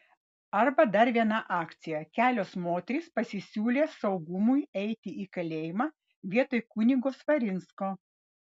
arba dar viena akcija kelios moterys pasisiūlė saugumui eiti į kalėjimą vietoj kunigo svarinsko